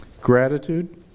gratitude